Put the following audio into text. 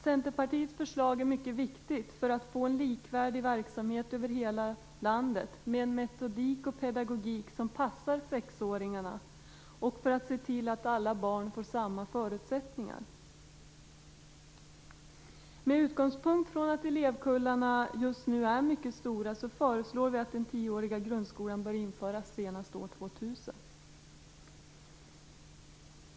Centerpartiets förslag är mycket viktigt för att få en likvärdig verksamhet över hela landet, med en metodik och pedagogik som passar sexåringarna, och för att se till att alla barn får samma förutsättningar. Med utgångspunkt från att elevkullarna just nu är mycket stora föreslår Centerpartiet att den tioåriga grundskolan bör införas senast år 2000.